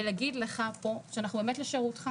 דבר נוסף זה להגיד לך שאנחנו באמת לשירותך.